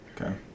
okay